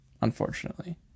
unfortunately